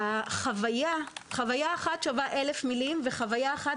חוויה אחת שווה אלף מילים וחוויה אחת